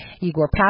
Igor